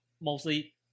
mostly